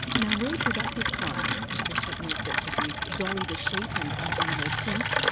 now reproductive cloning, the technique that produced dolly the sheep and other animals since,